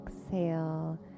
exhale